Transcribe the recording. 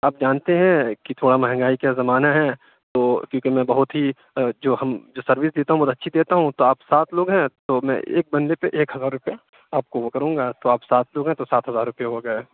آپ جانتے ہیں کہ تھوڑا مہنگائی کا زمانہ ہے تو کیونکہ میں بہت ہی جو ہم جو سروس دیتا ہوں بہت اچھی دیتا ہوں تو آپ سات لوگ ہیں تو میں ایک بندے پہ ایک ہزار روپیہ آپ کو وہ کروں گا تو آپ سات لوگ ہیں تو سات ہزار روپیے ہوگئے